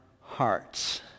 hearts